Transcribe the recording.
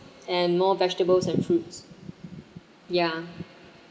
and more vegetables and fruits ya